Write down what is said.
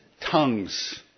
tongues